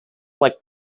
like